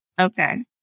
Okay